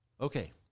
Okay